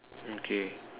okay